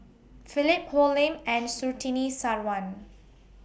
Philip Hoalim and Surtini Sarwan